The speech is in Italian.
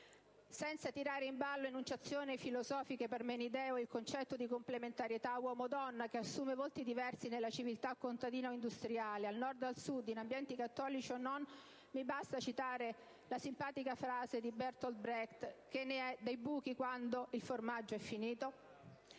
Senza tirare in ballo enunciazioni filosofiche parmenidee o il concetto di complementarità uomo/donna, che assume volti diversi nella civiltà contadina o industriale, al Nord o al Sud, in ambienti cattolici o non, mi basta citare la simpatica frase di Bertold Brecht: che ne è dei buchi quando è finito